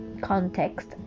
context